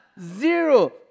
zero